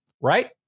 Right